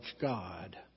God